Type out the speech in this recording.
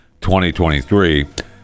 2023